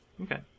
Okay